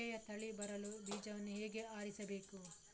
ಒಳ್ಳೆಯ ತಳಿ ಬರಲು ಬೀಜವನ್ನು ಹೇಗೆ ಆರಿಸಬೇಕು?